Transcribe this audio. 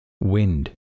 Wind